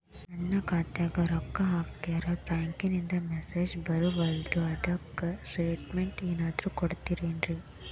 ನನ್ ಖಾತ್ಯಾಗ ರೊಕ್ಕಾ ಹಾಕ್ಯಾರ ಬ್ಯಾಂಕಿಂದ ಮೆಸೇಜ್ ಬರವಲ್ದು ಅದ್ಕ ಸ್ಟೇಟ್ಮೆಂಟ್ ಏನಾದ್ರು ಕೊಡ್ತೇರೆನ್ರಿ?